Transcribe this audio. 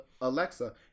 Alexa